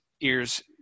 ears